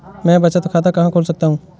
मैं बचत खाता कहाँ खोल सकता हूँ?